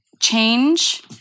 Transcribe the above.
change